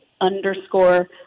underscore